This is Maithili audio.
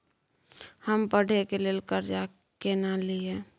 हमरा पढ़े के लेल कर्जा केना लिए?